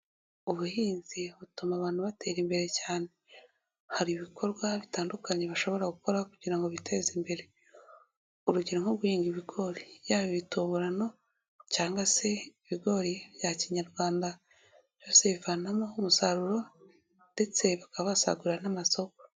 Ubuhinzi butuma abantu batera imbere cyane, hari ibikorwa bitandukanye bashobora gukora kugira ngo biteze imbere, urugero nko guhinga ibigori yaba ibituburano cyangwa se ibigori bya kinyarwanda, byose bavanamo umusaruro ndetse bakaba banasagurira n'amasoko.